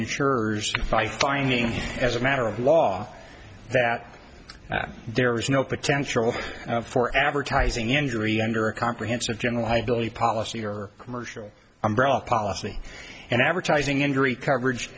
insurers by finding as a matter of law that there is no potential for advertising injury under a comprehensive general i believe policy or commercial umbrella policy and advertising injury coverage